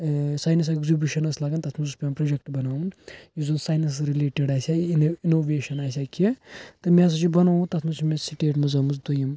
ٲں science exhibition اوس لگان تتھ مَنٛز اوس پیٚوان پروجیٚکٹہٕ بناوُن یُس زن ساینَسَس رِلیٹِڈ آسہِ ہا اِنوویشن آسہِ ہا کینٛہہ تہٕ مےٚ ہَسا چھُ بنومُت تتھ مَنٛز چھُ مےٚ سٹیٹ مَنٛز آمٕژ دوٚیِم